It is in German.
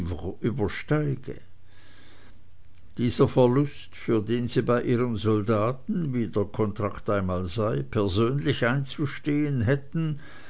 übersteige dieser verlust für den sie bei ihren soldaten wie der kontrakt einmal sei persönlich einzustehen hätten